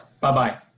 Bye-bye